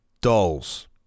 dolls